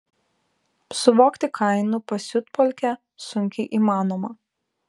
suvokti kainų pasiutpolkę sunkiai įmanoma